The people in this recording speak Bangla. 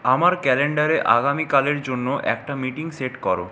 আমার ক্যালেন্ডারে আগামীকালের জন্য একটা মিটিং সেট করো